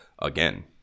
Again